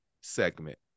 segment